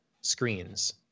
screens